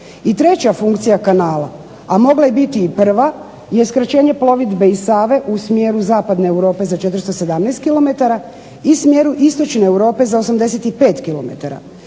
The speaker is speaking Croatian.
I treća funkcija kanala a mogla je biti i prva je skraćenje plovidbe i Save u smjeru zapadne Europe za 417 kilometara i smjeru istočne Europe za 85